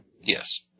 Yes